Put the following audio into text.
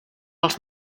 els